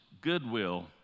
goodwill